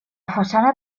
façana